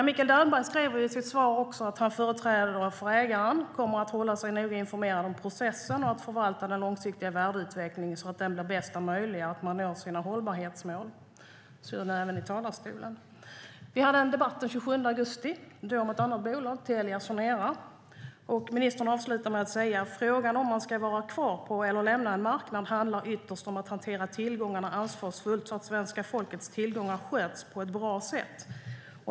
Mikael Damberg säger i sitt svar att han som företrädare för ägaren kommer att hålla sig noga informerad om processen för att förvalta den långsiktiga värdeutvecklingen så att den blir bästa möjliga och så att man når sina hållbarhetsmål. Vi hade en debatt den 27 augusti om ett annat bolag, Telia Sonera. Ministern avslutade då med att säga: "Frågan om man ska vara kvar på eller lämna en marknad handlar ytterst om att hantera tillgångarna ansvarsfullt så att svenska folkets tillgångar sköts på ett bra sätt."